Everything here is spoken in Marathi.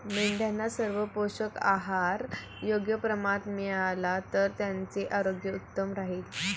मेंढ्यांना सर्व पोषक आहार योग्य प्रमाणात मिळाला तर त्यांचे आरोग्य उत्तम राहील